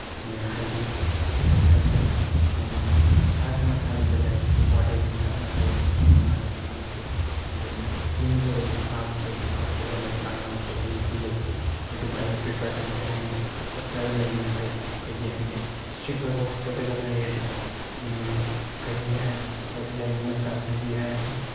ꯍꯥꯏꯗꯤ ꯍꯣꯁꯇꯦꯜꯁꯦ ꯃꯁꯥꯒꯤ ꯃꯁꯥꯒꯤꯗ ꯂꯩ ꯋꯥꯔꯗꯦꯟꯒꯤꯗꯪ ꯅꯠꯇꯦ ꯑꯉꯥꯡꯒꯤꯗꯪ ꯅꯠꯇꯦ ꯑꯗꯨꯅ ꯌꯨꯝꯗ ꯂꯩꯕ ꯑꯉꯥꯡꯅꯤ ꯍꯦꯜꯂꯤ ꯍꯣꯁꯇꯦꯜꯗ ꯂꯩꯕ ꯑꯉꯥꯡꯅ ꯍꯦꯜꯂꯤꯕꯗꯤ ꯂꯩꯇꯦ ꯑꯗꯨꯕꯨ ꯑꯩꯅ ꯄ꯭ꯔꯤꯐꯔ ꯇꯧꯕꯁꯦ ꯑꯌꯥꯝꯕꯗ ꯍꯣꯁꯇꯦꯜꯗ ꯂꯩꯕꯅ ꯐꯩꯀꯣ ꯀꯩꯒꯤ ꯍꯥꯏꯔꯗꯤ ꯏꯁꯇ꯭ꯔꯤꯛ ꯑꯣꯏꯕ ꯍꯣꯁꯇꯦꯜꯗꯒ ꯂꯩꯔꯗꯤꯀꯣ ꯀꯩꯒꯤ ꯂꯩꯕꯅ ꯐꯩ ꯀꯩꯒꯤ ꯍꯥꯏꯔꯗꯤ